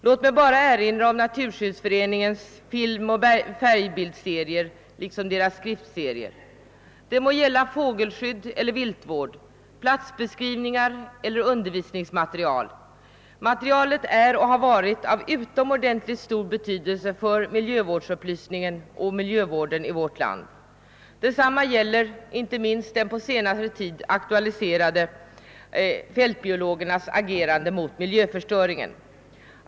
Låt mig bara erinra om Naturskyddsföreningens filmoch färgbildsserie samt om föreningens skriftserie, det må gälla fågelskydd, viltvård, platsbeskrivningar eller undervisningsmaterial. Det materialet har varit och är av utomordentligt stor betydelse för miljövårdsupplysningen och miljövården i vårt land. Detsamma gäller det på senare tid aktualiserade Fältbiologernas agerande mot miljöförstöringen.